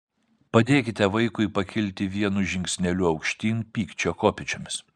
padėkite vaikui pakilti vienu žingsneliu aukštyn pykčio kopėčiomis